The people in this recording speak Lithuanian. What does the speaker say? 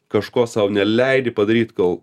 kažko sau neleidi padaryt kol